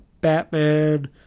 Batman